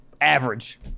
Average